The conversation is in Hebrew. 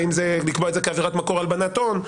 האם לקבוע את זה כעבירת מקור הלבנת הון.